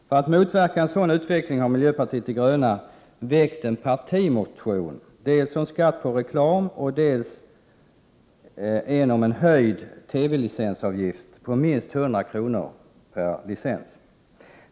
För att motverka en sådan utveckling har miljöpartiet de gröna väckt en partimotion dels om skatt på reklam, dels om en höjd TV-licensavgift på minst 100 kr. per licens.